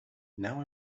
now